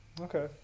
Okay